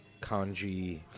kanji